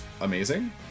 amazing